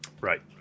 Right